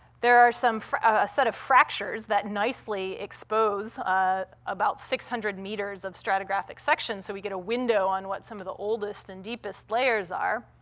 there are some a set of fractures that nicely expose ah about six hundred meters of stratigraphic section, so we get a window on what some of the oldest and deepest layers are.